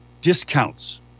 discounts